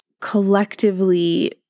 Collectively